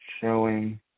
showing